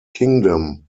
kingdom